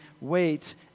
wait